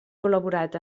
col·laborat